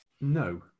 No